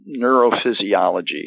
neurophysiology